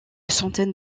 centaine